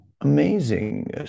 amazing